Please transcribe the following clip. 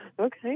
Okay